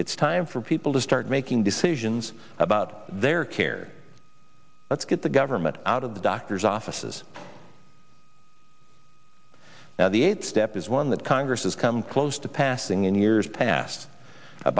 it's time for people to start making decisions about their care let's get the government out of the doctor's offices now the eight step is one that congress has come close to passing in years past a